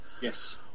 Yes